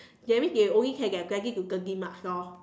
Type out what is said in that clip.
that means they only can get twenty to thirty marks lor